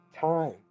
time